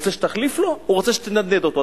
רוצה שתחליף לו או רוצה שתנדנד אותו.